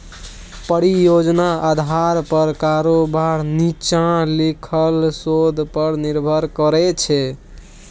परियोजना आधार पर कारोबार नीच्चां लिखल शोध पर निर्भर करै छै